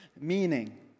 Meaning